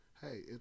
hey